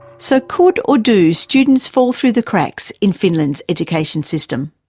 so could or do students fall through the cracks in finland's education system?